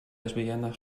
lesbienne